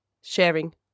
sharing